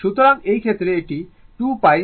সুতরাং এই ক্ষেত্রে এটি 2 π B A N sin θ volt